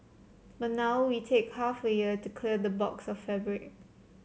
but now we take half a year to clear a box of fabric